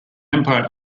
umpire